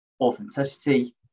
authenticity